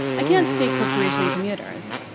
i can't speak for parisian commuters,